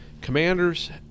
Commanders